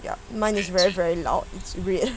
ya mine is very very loud it's red